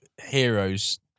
Heroes